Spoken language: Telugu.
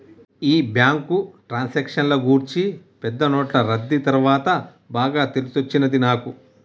ఈ బ్యాంకు ట్రాన్సాక్షన్ల గూర్చి పెద్ద నోట్లు రద్దీ తర్వాత బాగా తెలిసొచ్చినది నాకు